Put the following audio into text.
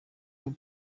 dans